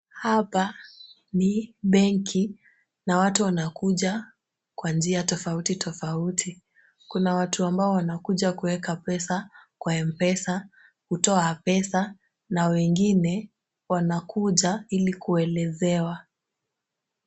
Hapa ni benki na watu wanakuja kwa njia tofauti tofauti. Kuna watu ambao wanakuja kuweka pesa kwa M-Pesa, kutoa pesa na wengine wanakuja ili kuelezewa.